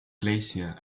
glacier